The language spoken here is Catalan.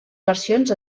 versions